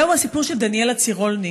זהו הסיפור של דניאלה צירולניק,